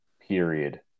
Period